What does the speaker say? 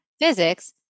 physics